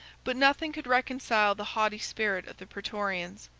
but nothing could reconcile the haughty spirit of the praetorians.